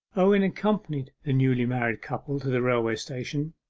owen accompanied the newly-married couple to the railway-station,